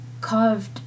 carved